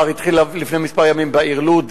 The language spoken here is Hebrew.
התחיל לפני כמה ימים בעיר לוד,